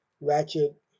ratchet